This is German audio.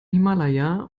himalaya